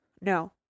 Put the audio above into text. No